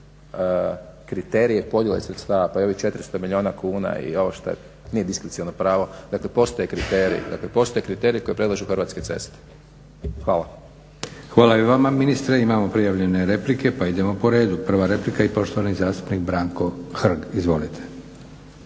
kriterije, podjele sredstava, pa i ovih 400 milijuna kuna i ovo što je, nije diskreciono pravo, dakle postoje kriteriji, dakle postoje kriteriji koje predlažu Hrvatske ceste. Hvala. **Leko, Josip (SDP)** Hvala i vama ministre. Imamo prijavljene replike pa idemo po redu. Prva replika i poštovani zastupnik Branko Hrg. Izvolite.